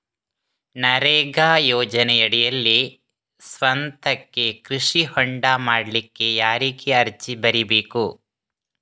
ನರೇಗಾ ಯೋಜನೆಯಡಿಯಲ್ಲಿ ಸ್ವಂತಕ್ಕೆ ಕೃಷಿ ಹೊಂಡ ಮಾಡ್ಲಿಕ್ಕೆ ಯಾರಿಗೆ ಅರ್ಜಿ ಬರಿಬೇಕು?